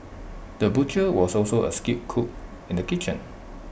the butcher was also A skilled cook in the kitchen